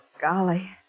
Golly